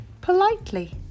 politely